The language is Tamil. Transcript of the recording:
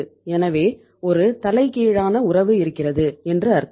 எனவே ஒரு தலைகீழான உறவு இருக்கிறது என்று அர்த்தம்